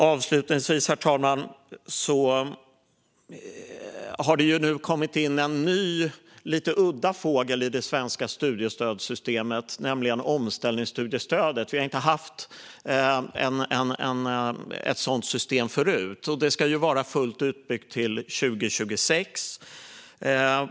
Avslutningsvis, herr talman, har det kommit in en ny lite udda fågel i det svenska studiestödssystemet, nämligen omställningsstudiestödet. Vi har inte haft ett sådant system förut. Det ska vara fullt utbyggt till 2026.